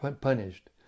punished